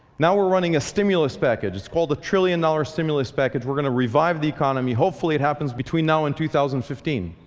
now we're running a stimulus package. it's called the trillion-dollar stimulus package. we're going to revive the economy. hopefully it happens between now and two thousand and fifteen,